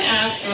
ask